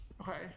Okay